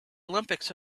olympics